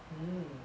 mm